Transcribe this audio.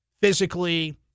physically